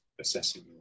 assessing